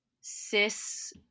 cis